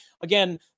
Again